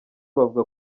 bavuga